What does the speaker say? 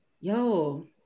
yo